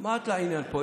מה את בעניין פה?